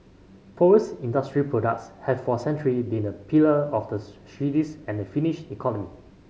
forest industry products have for centuries been a pillar of the Swedish and Finnish economy